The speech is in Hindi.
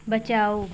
बचाओ